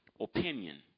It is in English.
Opinion